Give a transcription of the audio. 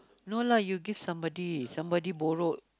no lah you give somebody somebody borrowed